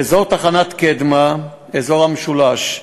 באזור תחנת קדמה, אזור המשולש,